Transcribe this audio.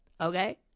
Okay